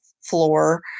floor